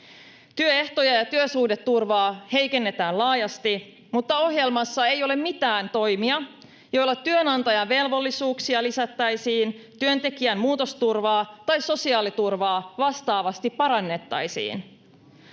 Työehtoja ja työsuhdeturvaa heikennetään laajasti, mutta ohjelmassa ei ole mitään toimia, joilla työnantajan velvollisuuksia lisättäisiin ja työntekijän muutosturvaa tai sosiaaliturvaa vastaavasti parannettaisiin.